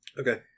Okay